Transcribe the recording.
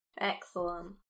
Excellent